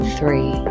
three